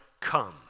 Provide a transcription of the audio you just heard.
come